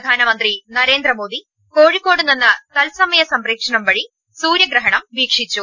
പ്രധാനമന്ത്രി നരേന്ദ്രമോദി കോഴിക്കോടു നിന്ന് ലഭിച്ച തത്സ മയ സംപ്രേക്ഷണം വഴി സൂര്യഗ്രഹണം വീക്ഷിച്ചു